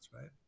right